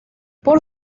por